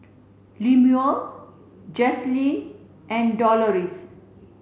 Lemuel Jaslene and Doloris